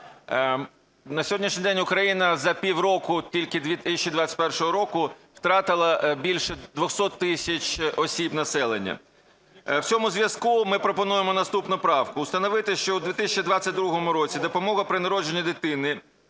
На сьогоднішній день Україна за пів року тільки 2021 року втратила більше 200 тисяч осіб населення. В цьому зв'язку ми пропонуємо наступну правку. "Установити, що в 2022 році допомога при народженні дитини